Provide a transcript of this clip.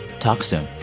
talk soon